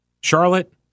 Charlotte